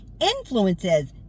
influences